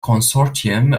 consortium